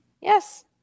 Yes